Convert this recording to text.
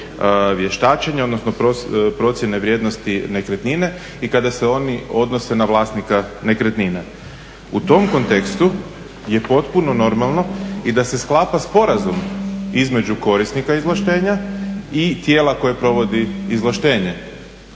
vještačenja, odnosno procjene vrijednosti nekretnine i kada se oni odnose na vlasnika nekretnine. U tom kontekstu je potpuno normalno i da se sklapa sporazum između korisnika izvlaštenja i tijela koje provodi izvlaštenje.